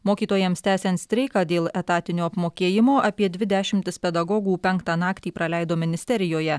mokytojams tęsiant streiką dėl etatinio apmokėjimo apie dvi dešimtis pedagogų penktą naktį praleido ministerijoje